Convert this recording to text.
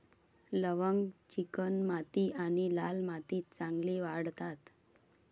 लवंग चिकणमाती आणि लाल मातीत चांगली वाढतात